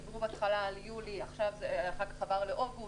דיברו על יולי, אחר כך עבר לאוגוסט.